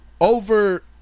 Over